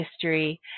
history